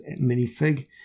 minifig